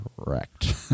Correct